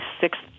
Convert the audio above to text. sixth